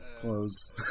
clothes